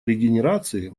регенерации